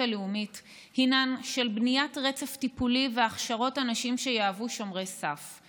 הלאומית הן בניית רצף טיפולי והכשרות אנשים שיהוו שומרי סף,